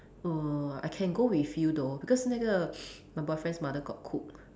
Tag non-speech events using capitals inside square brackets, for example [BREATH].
err I can't go with you though because 那个 [BREATH] my boyfriend's mother got cook